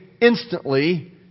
instantly